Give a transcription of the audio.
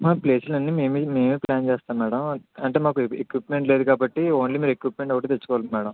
ప్లేసులన్నీ మేమే మేమే ప్లాన్ చేస్తాం మేడం అంటే మాకు ఎక్విప్మెంట్ లేదు కాబట్టి ఓన్లీ మీరు ఎక్విప్మెంట్ ఒకటే తెచ్చుకోవాలి మేడం